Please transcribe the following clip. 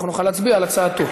אנחנו נוכל להצביע על הצעתו.